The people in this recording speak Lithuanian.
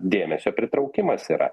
dėmesio pritraukimas yra